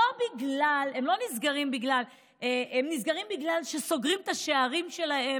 הם לא נסגרים בגלל שסוגרים את השערים שלהם